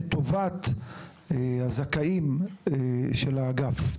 לטובת הזכאים של האגף.